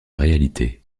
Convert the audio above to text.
réalité